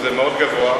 שזה מאוד גבוה,